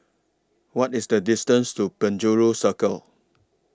What IS The distance to Penjuru Circle